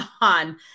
on